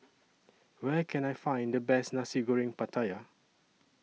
Where Can I Find The Best Nasi Goreng Pattaya